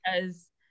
because-